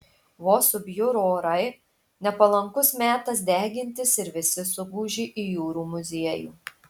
vos subjuro orai nepalankus metas degintis ir visi suguži į jūrų muziejų